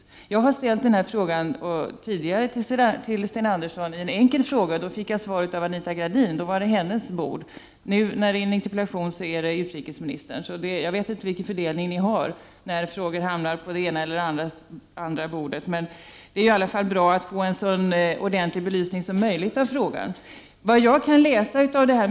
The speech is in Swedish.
Jag har tidigare ställt en enkel fråga om detta till Sten Andersson, och då fick jag svaret av Anita Gradin — då var det hennes bord. Nu, när det är ett interpellationssvar, är det utrikesministerns bord. Jag vet inte vilken fördelning ni har när frågor hamnar på det ena eller det andra bordet. Det är i alla fall bra att få en så ordentlig belysning som möjligt av frågan.